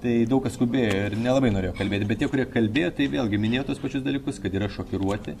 tai daug kas skubėjo ir nelabai norėjo kalbėti bet tie kurie kalbėjo tai vėlgi minėjo tuos dalykus kad yra šokiruoti